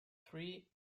three